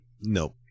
Nope